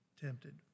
tempted